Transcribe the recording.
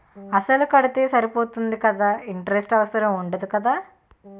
అసలు కడితే సరిపోతుంది కదా ఇంటరెస్ట్ అవసరం ఉండదు కదా?